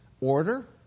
order